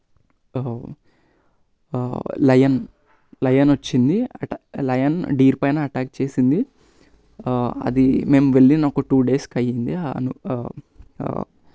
lion lion వచ్చింది అటా lion deer పైన అటాక్ చేసింది అది మేము వెళ్ళిన ఒక టూ డేస్కు అయ్యింది